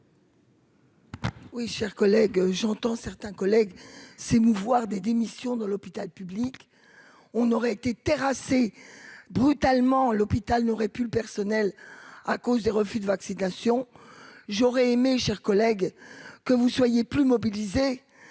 Oui, chers collègues, j'entends certains collègues s'émouvoir des démissions de l'hôpital public, on aurait été terrassé brutalement l'hôpital n'aurait pu le personnel à cause des refus de vaccination, j'aurais aimé, chers collègues, que vous soyez plus mobilisés